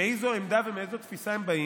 מאיזו עמדה ומאיזו תפיסה הם באים,